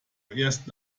ersten